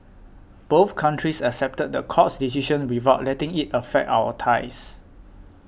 both countries accepted the court's decision without letting it affect our ties